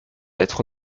être